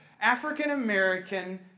African-American